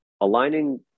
aligning